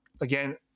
again